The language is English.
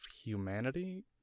humanity